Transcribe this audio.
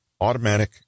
AUTOMATIC